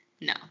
no